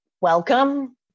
welcome